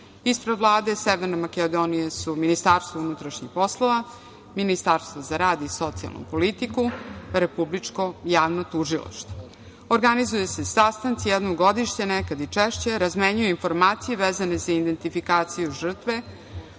Ispred Vlade Severne Makedonije su MUP, Ministarstvo za rad i socijalnu politiku, Republičko javno tužilaštvo. Organizuju se sastanci jednom godišnje, nekad i češće, razmenjuju informacije vezane za identifikaciju žrtve,